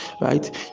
right